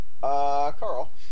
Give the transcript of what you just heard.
Carl